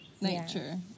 nature